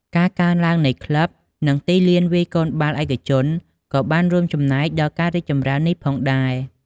ការកើនឡើងនៃក្លឹប និងទីលានវាយកូនបាល់ឯកជន ក៏បានរួមចំណែកដល់ការរីកចម្រើននេះផងដែរ។